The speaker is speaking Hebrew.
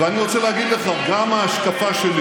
ואני רוצה להגיד לך, ההשקפה שלי